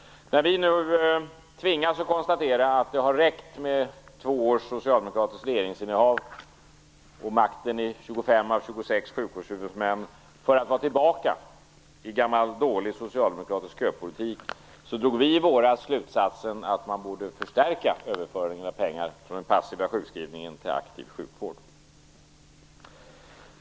Vi tvingas nu konstatera att det har räckt med två års socialdemokratiskt regeringsinnehav och makten hos 25 av 26 sjukvårdshuvudmän för att vara tillbaka i gammal dålig socialdemokratisk köpolitik. Vi drog därför i våras slutsatsen att man borde förstärka överföringen av pengar från den passiva sjukskrivningen till aktiv sjukvård.